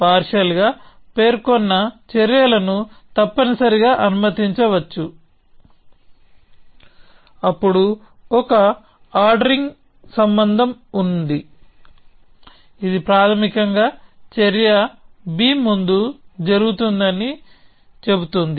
partial గా పేర్కొన్న చర్యలను తప్పనిసరిగా అనుమతించవచ్చు అప్పుడు ఒక ఆర్డరింగ్ సంబంధం ఉంది ఇది ప్రాథమికంగా చర్య B ముందు జరుగుతుందని చెబుతుంది